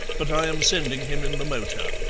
but i am sending him in the motor.